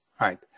right